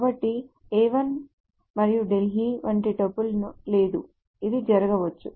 కాబట్టి A 1 మరియు ఢిల్లీ వంటి టపుల్ లేదు ఇది జరగవచ్చు